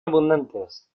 abundantes